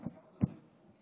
הגענו היום לכנסת בשיירה